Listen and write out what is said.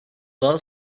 daha